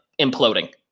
imploding